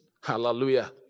Hallelujah